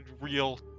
real